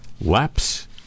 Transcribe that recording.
lapse